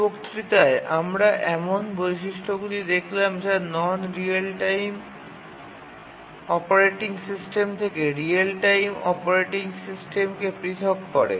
এই বক্তৃতায় আমরা এমন বৈশিষ্ট্যগুলি দেখলাম যা non real time operating system থেকে রিয়েল টাইম অপারেটিং সিস্টেমকে পৃথক করে